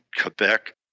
Quebec